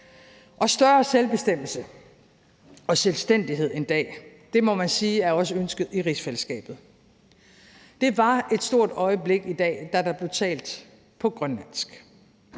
Større selvbestemmelse og selvstændighed en dag må man sige også er ønsket i rigsfællesskabet. Det var et stort øjeblik i dag, da der blev talt på grønlandsk.